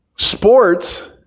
Sports